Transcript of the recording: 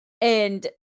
And-